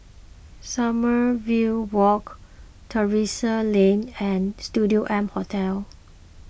Sommerville Walk Terrasse Lane and Studio M Hotel